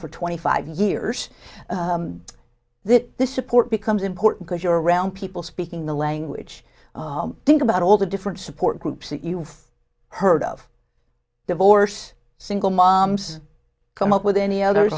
for twenty five years that this support becomes important because you're around people speaking the language think about all the different support groups that you've heard of divorce single moms come up with any other